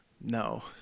No